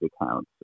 accounts